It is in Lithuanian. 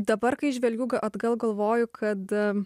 dabar kai žvelgiu atgal galvoju kad